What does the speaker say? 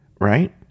Right